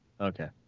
Okay